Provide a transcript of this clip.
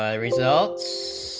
ah results